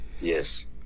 Yes